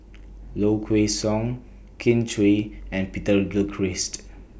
Low Kway Song Kin Chui and Peter Gilchrist